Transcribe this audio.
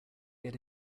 get